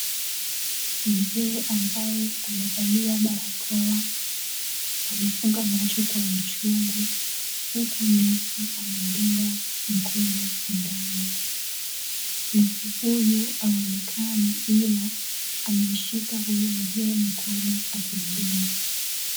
Mzee ambaye amevalia barakoa, amefunga macho kwa uchungu, huku nurse anamdunga mkono sindano. Nurse huyu haonekani ila, amemshika huyu mzee mkono akimdunga.